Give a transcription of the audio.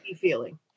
feeling